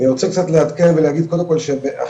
אני רוצה קצת לעדכן ולהגיד קודם כל שהחינוך